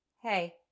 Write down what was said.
Hey